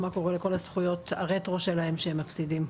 מה קורה לכל הזכויות הרטרו שלהם שהם מפסידים?